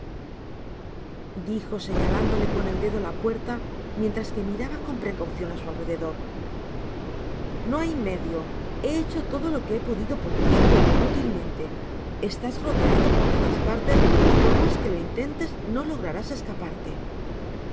dijo señalándole con el dedo la puerta mientras que miraba con precaucion á su alrededor ívo hay medio he hecho todo lo que he podido por ti pero inútilmente estás rodeado por todas partes y por mas que to intentes no lograrás escaparte